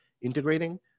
integrating